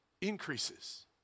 increases